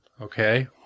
Okay